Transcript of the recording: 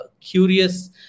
curious